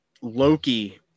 Loki